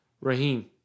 Raheem